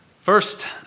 First